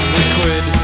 liquid